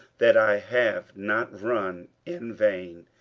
that i have not run in vain,